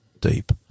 deep